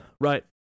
Right